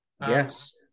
Yes